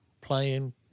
playing